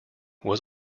was